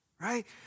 right